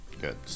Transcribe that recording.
good